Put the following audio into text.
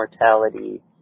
mortality